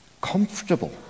comfortable